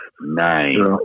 Nine